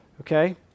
Okay